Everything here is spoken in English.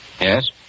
Yes